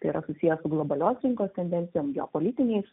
tai yra susiję su globalios rinkos tendencijom geopolitiniais